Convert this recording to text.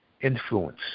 influence